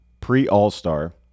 pre-All-Star